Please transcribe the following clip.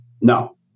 No